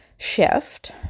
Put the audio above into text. shift